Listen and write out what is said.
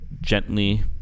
gently